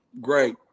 great